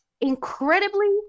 incredibly